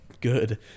good